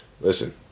listen